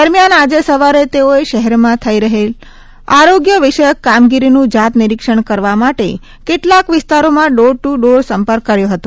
દરમિયાન આજે સવારે તેઓએ શહેરમાં થઈ રહેલી આરોગ્ય વિષયક કામગીરીનું જાત નિરીક્ષણ કરવા માટે કેટલાક વિસ્તારોમાં ડોર ટુ ડોર સંપર્ક કર્યો હતો